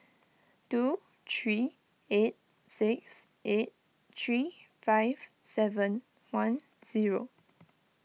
two three eight six eight three five seven one zero